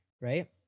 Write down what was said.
right